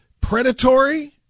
predatory